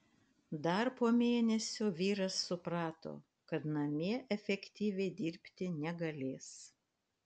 dar po mėnesio vyras suprato kad namie efektyviai dirbti negalės